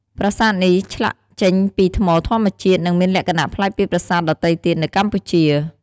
ប្រាសាទនេះឆ្លាក់ចេញពីថ្មធម្មជាតិ និងមានលក្ខណៈប្លែកពីប្រាសាទដទៃទៀតនៅកម្ពុជា។